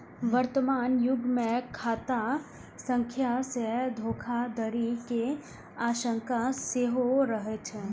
वर्तमान युग मे खाता संख्या सं धोखाधड़ी के आशंका सेहो रहै छै